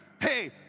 Hey